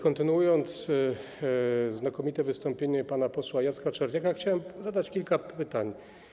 Kontynuując znakomite wystąpienie pana posła Jacka Czerniaka, chciałem zadać kilka pytań.